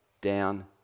down